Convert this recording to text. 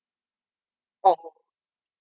oh